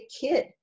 kid